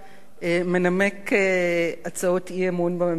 מנמק הצעות אי-אמון בממשלה.